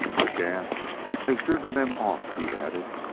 the gas has driven them off, he added.